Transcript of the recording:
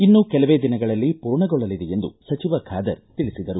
ಇನ್ನೂ ಕೆಲವೇ ದಿನಗಳಲ್ಲಿ ಪೂರ್ಣಗೊಳ್ಳಲಿದೆ ಎಂದು ಸಚಿವ ಖಾದರ್ ತಿಳಿಸಿದರು